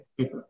Okay